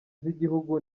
z’igihugu